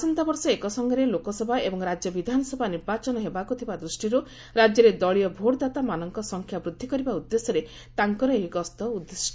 ଆସନ୍ତା ବର୍ଷ ଏକ ସଙ୍ଗରେ ଲୋକସଭା ଏବଂ ରାଜ୍ୟ ବିଧାନସଭା ନିର୍ବାଚନ ହେବାକୁ ଥିବା ଦୃଷ୍ଟିରୁ ରାଜ୍ୟରେ ଦଳୀୟ ଭୋଟଦାତାଙ୍କ ସଂଖ୍ୟା ବୂଦ୍ଧି କରିବା ଉଦ୍ଦେଶ୍ୟରେ ତାଙ୍କର ଏହି ଗସ୍ତ ଉଦ୍ଦିଷ୍ଟ